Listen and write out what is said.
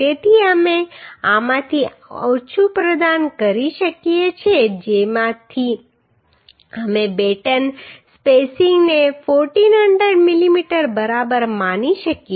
તેથી અમે આમાંથી ઓછું પ્રદાન કરી શકીએ છીએ જેથી અમે બેટન સ્પેસિંગને 1400 mm બરાબર માની શકીએ